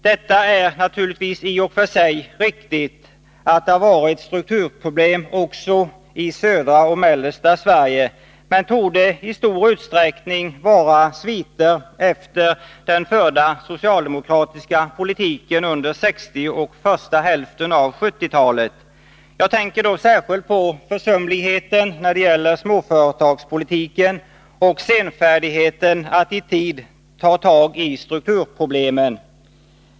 Det är naturligtvis i och för sig riktigt att det har funnits strukturproblem också i södra och mellersta Sverige, men de torde i stor utsträckning vara sviter efter den förda socialdemokratiska politiken under 1960-talet och första hälften av 1970-talet. Jag tänker då särskilt på försumligheten när det gäller småföretagspolitiken och senfärdigheten att i tid ta tag i strukturproblemen.